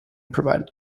provided